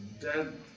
dead